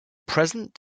present